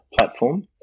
platform